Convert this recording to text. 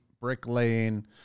bricklaying